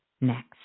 Next